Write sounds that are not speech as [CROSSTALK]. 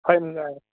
[UNINTELLIGIBLE]